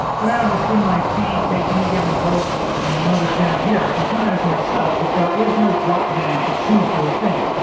so now i'm just in my feed take any given post and you'll notice down here i can comment as myself but there is no drop-down to choose other things.